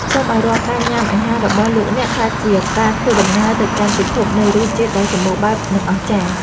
សូមឱ្យរាល់ការញ៉ាំអាហាររបស់លោកអ្នកក្លាយជាការធ្វើដំណើរទៅកាន់ពិភពនៃរសជាតិដ៏សំបូរបែបនិងអស្ចារ្យ។